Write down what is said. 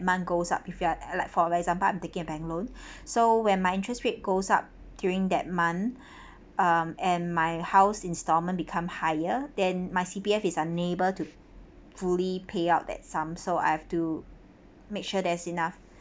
month goes up if you are like for example I'm taking a bank loan so when my interest rate goes up during that month um and my house installment become higher than my C_P_F is unable to fully payout that some so I have to make sure there's enough